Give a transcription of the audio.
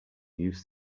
used